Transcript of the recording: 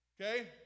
Okay